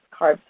carbs